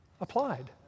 Applied